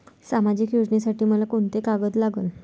सामाजिक योजनेसाठी मले कोंते कागद लागन?